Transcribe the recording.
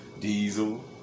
Diesel